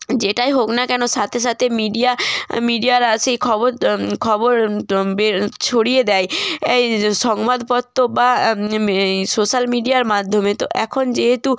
যেটাই হোক না কেনো সাথে সাথে মিডিয়া মিডিয়ারা সেই খবর খবর তো বের ছড়িয়ে দেয় এই সংবাদপত্র বা এই সোশ্যাল মিডিয়ার মাধ্যমে তো এখন যেহেতু